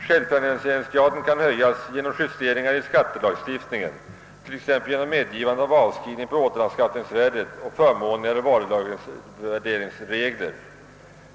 Självfinansieringsgraden kan höjas genom justeringar i skattelagstiftningen, t.ex. genom medgivande av avskrivning på återanskaffningsvärdet och genom förmånligare regler för varulagervärdering.